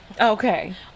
Okay